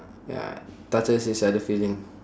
ya touches each other feeling